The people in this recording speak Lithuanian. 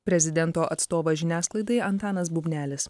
prezidento atstovas žiniasklaidai antanas bubnelis